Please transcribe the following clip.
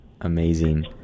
Amazing